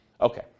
Okay